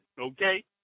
okay